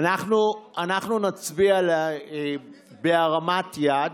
אנחנו נצביע בהרמת יד.